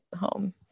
home